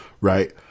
right